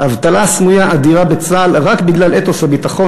אבטלה סמויה אדירה בצה"ל רק בגלל אתוס הביטחון,